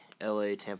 L.A.-Tampa